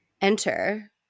Enter